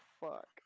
fuck